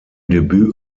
debüt